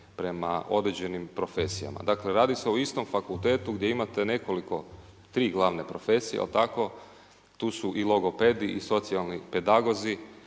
prema određenim profesijama. Dakle, radi se o istom fakultetu gdje imate nekoliko tri glavne profesije, jel tako, tu su i logopedi i socijalni pedagozi,